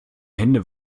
hände